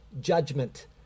judgment